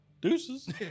Deuces